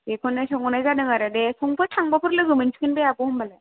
बेखौनो सोंहरनाय जादों आरो दे संफोर थांबाफोर लोगोमोनसिगोन बे आब' होनबालाय